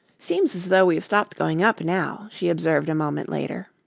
seems as though we've stopped going up now, she observed a moment later.